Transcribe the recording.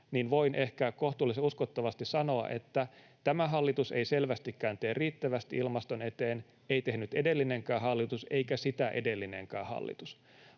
voin ehkä kohtuullisen uskottavasti sanoa, että tämä hallitus ei selvästikään tee riittävästi ilmaston eteen, ei tehnyt edellinenkään hallitus eikä sitä edellinenkään hallitus.